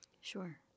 Sure